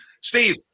Steve